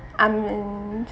un~